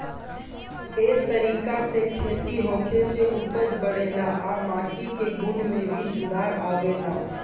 ए तरीका से खेती होखे से उपज बढ़ेला आ माटी के गुण में भी सुधार आवेला